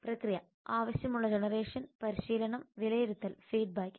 പ്രക്രിയ ആവശ്യമുള്ള ജനറേഷൻ പരിശീലനം വിലയിരുത്തൽ ഫീഡ്ബാക്ക്